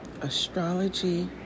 astrology